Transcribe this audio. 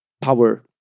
power